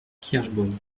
kirschbaum